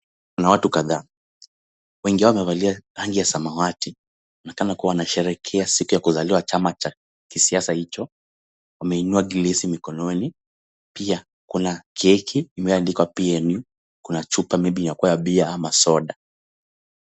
Kuna watu kadhaa. Wengi wao wamevalia rangi ya samawati na kama kuwa wanasherehekea siku ya kuzaliwa chama cha kisiasa hicho. Wameinua gilasi mikononi. Pia kuna keki imeyoandikwa PNU. Kuna chupa maybe ya kuwa beer ama soda.